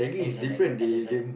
and there's an there's an